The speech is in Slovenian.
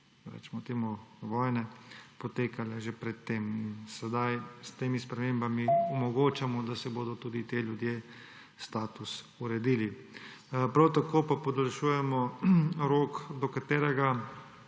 recimo temu, vojne, potekale že pred tem. Sedaj s temi spremembami omogočamo, da si bodo tudi ti ljudje status uredili. Prav tako pa podaljšujemo rok, do katerega